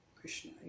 Krishna